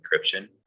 encryption